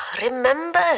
Remember